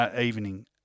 evening